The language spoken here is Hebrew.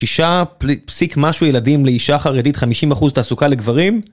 תשעה פסיק משהו ילדים לאישה חרדית 50% תעסוקה לגברים?